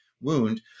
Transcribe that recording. wound